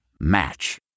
Match